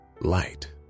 light